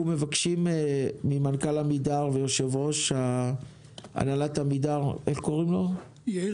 אנחנו מבקשים מהמנכ"ל ומיושב-הראש הנהלת עמידר יאיר